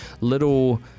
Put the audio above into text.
little